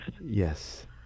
Yes